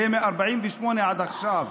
זה מ-48' עד עכשיו.